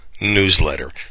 newsletter